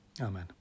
Amen